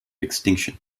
extinction